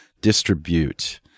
distribute